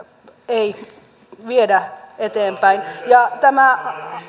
ei viedä eteenpäin ja tämä